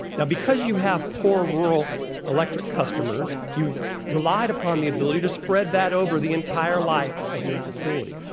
now, because you have poor rural electric customers, you relied upon the ability to spread that over the entire life of your facility,